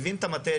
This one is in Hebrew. מבין את המטריה,